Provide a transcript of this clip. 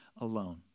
alone